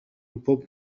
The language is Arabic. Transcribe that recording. بوب